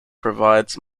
provides